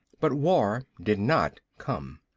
but war did not come.